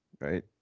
right